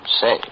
say